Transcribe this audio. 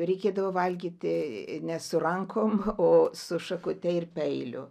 reikėdavo valgyti ne su rankom o su šakute ir peiliu